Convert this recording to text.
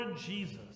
Jesus